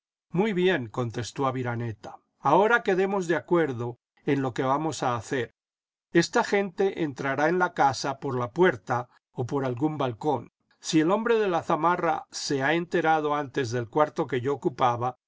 muy bien contestó aviraneta ahora quedemos de acuerdo en lo que vamos a hacer esta gente entrará en la casa por la puerta o por algún balcón si el hombre de la zamarra se ha enterado antes del cuarto que yo ocupaba